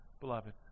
beloved